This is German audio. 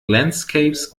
landscapes